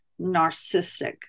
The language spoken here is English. narcissistic